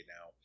Now